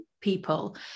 people